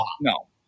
no